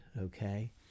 okay